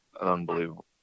unbelievable